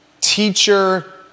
Teacher